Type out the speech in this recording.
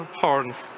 horns